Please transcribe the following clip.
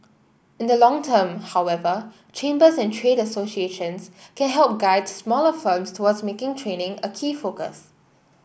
in the long term however chambers and trade associations can help guide smaller firms towards making training a key focus